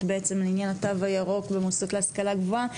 בעצם לעניין התו הירוק במוסדות להשכלה גבוהה,